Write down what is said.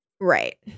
right